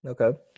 Okay